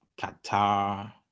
Qatar